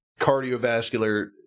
cardiovascular